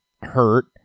hurt